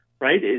right